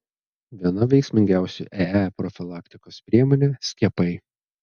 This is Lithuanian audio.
viena veiksmingiausių ee profilaktikos priemonė skiepai